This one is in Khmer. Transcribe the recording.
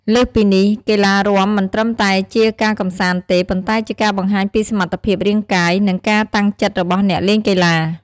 លើសពីនេះ កីឡារាំមិនត្រឹមតែជាការកម្សាន្តទេ ប៉ុន្តែជាការបង្ហាញពីសមត្ថភាពរាងកាយ និងការតាំងចិត្តរបស់អ្នកលេងកីឡា។